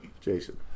Jason